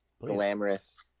glamorous